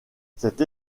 cette